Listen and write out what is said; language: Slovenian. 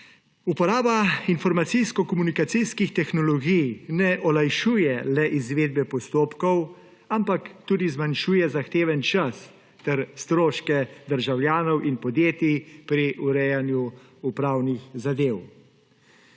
Uporaba informacijsko-komunikacijskih tehnologij ne olajšuje le izvedbe postopkov, ampak tudi zmanjšuje zahteven čas ter stroške državljanov in podjetij pri urejanju upravnih zadev.